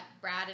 Brad